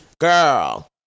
girl